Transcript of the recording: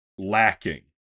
lacking